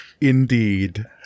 Indeed